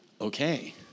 okay